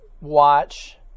watch